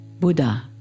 Buddha